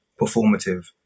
performative